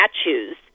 statues